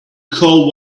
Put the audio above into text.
call